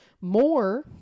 More